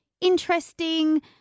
interesting